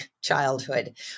childhood